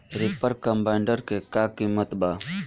Reaper combiner का किमत बा?